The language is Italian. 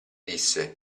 disse